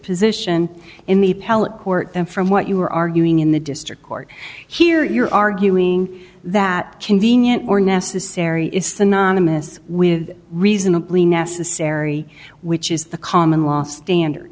position in the pellet court and from what you are arguing in the district court here you're arguing that convenient or necessary is synonymous with reasonably necessary which is the common law standard